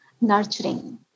nurturing